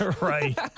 Right